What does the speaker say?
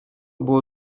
było